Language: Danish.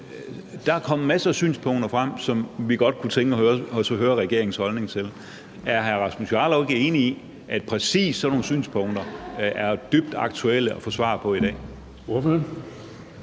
Der er kommet masser af synspunkter frem, som vi godt kunne tænke os at høre regeringens holdning til. Er hr. Rasmus Jarlov ikke enig i, at det præcis er sådan nogle synspunkter, det er dybt aktuelt at få svar på i dag?